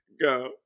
Go